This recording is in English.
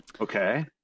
Okay